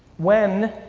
when,